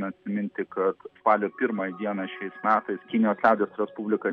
atsiminti kad spalio pirmąją dieną šiais metais kinijos liaudies respublika